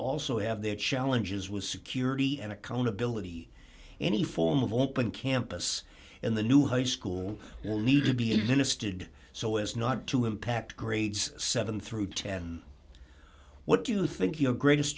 also have their challenges with security and accountability any form of open campus in the new high school will need to be administered so as not to impact grades seven through ten what do you think your greatest